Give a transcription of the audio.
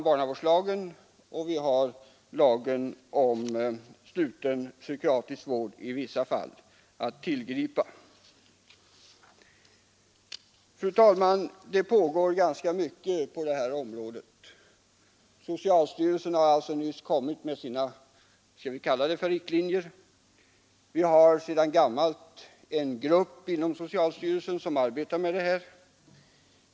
Barnavårdslagen och lagen om sluten psykiatrisk vård kan då användas. Fru talman! Det pågår ganska mycket på det här området. Socialstyrelsen har alltså nyss kommit med sina, skall vi kalla det riktlinjer. Sedan gammalt arbetar en särskild grupp inom socialstyrelsen med det här.